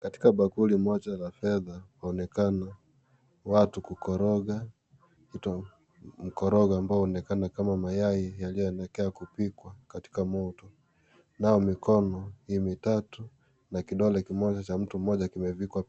Katika bakuli moja la meza inaonekana, watu kukoroga mkorogo ambayo inaonekana kama mayai yalioelekea kupikwa katika moto nayo mikono tatu, na kidole cha mtu mmoja ambaye ime